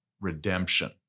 redemption